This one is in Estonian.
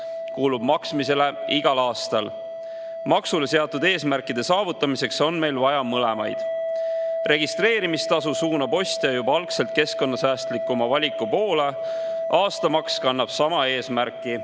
kuulub maksmisele igal aastal. Maksule seatud eesmärkide saavutamiseks on meil vaja mõlemaid. Registreerimistasu suunab ostja juba algselt keskkonnasäästlikuma valiku poole. Aastamaks kannab sama eesmärki,